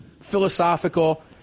philosophical